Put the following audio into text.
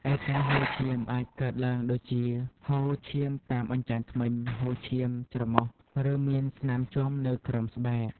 ឯការហូរឈាម អាចកើតឡើងដូចជា ហូរឈាមតាមអញ្ចាញធ្មេញ ហូរឈាមច្រមុះ ឬមានស្នាមជាំនៅក្រោមស្បែក។